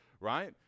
right